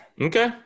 Okay